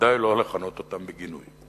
בוודאי לא לכנות אותם בגינוי.